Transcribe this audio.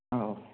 ആ ഓ